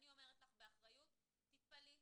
אומרת לך באחריות תתפלאי,